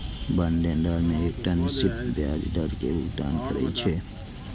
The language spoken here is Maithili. बांड देनदार कें एकटा निश्चित ब्याज दर के भुगतान करै छै